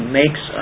makes